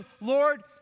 Lord